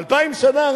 אלפיים שנה,